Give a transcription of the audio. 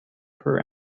per